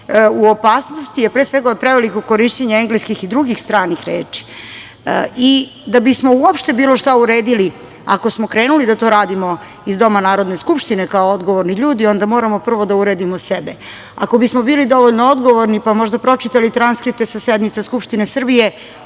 u opasnosti je, pre svega, od prevelikog korišćenja engleskih i drugih stranih reči. Da bismo uopšte bilo šta uredili, ako smo krenuli da to radimo iz doma Narodne skupštine, kao odgovorni ljudi, onda moramo prvo da uredimo sebe. Ako bismo bili dovoljno odgovorni, pa možda pročitali transkripte sa sednice Skupštine Srbije,